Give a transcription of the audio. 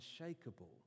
unshakable